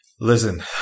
Listen